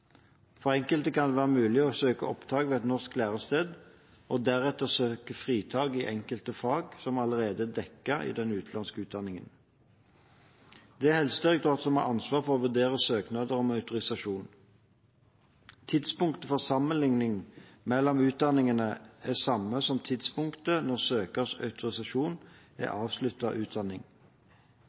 enkelte kan det være mulig å søke opptak ved et norsk lærested og deretter søke fritak i enkelte fag som allerede er dekket i den utenlandske utdanningen. Det er Helsedirektoratet som har ansvar for å vurdere søknader om autorisasjon. Tidspunktet for sammenligning mellom utdanningene er det samme som tidspunktet når det søkes autorisasjon etter avsluttet utdanning.